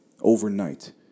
overnight